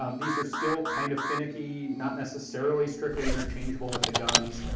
um these are still kind of finicky, not necessarily strictly interchangeable with the guns.